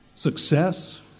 Success